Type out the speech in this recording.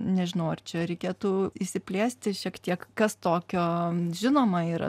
nežinau ar čia reikėtų išsiplėsti šiek tiek kas tokio žinoma yra